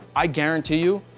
i guarantee you.